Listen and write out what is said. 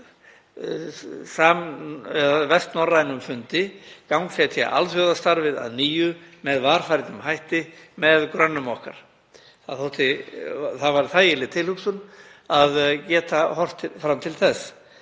Það var þægileg tilhugsun að geta horft fram til þess.